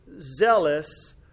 zealous